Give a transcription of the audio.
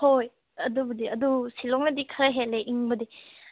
ꯍꯣꯏ ꯑꯗꯨꯕꯨꯗꯤ ꯑꯗꯨ ꯁꯤꯜꯂꯣꯡꯅꯗꯤ ꯈꯔ ꯍꯦꯜꯂꯦ ꯏꯪꯕꯗꯤ